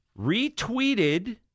retweeted